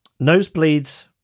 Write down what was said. Nosebleeds